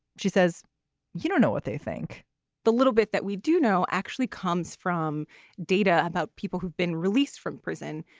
she says you don't know what they think the little bit that we do know actually comes from data about people who've been released from prison.